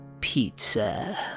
pizza